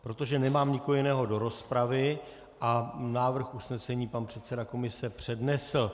Protože nemám nikoho jiného do rozpravy a návrh usnesení pan předseda komise přednesl.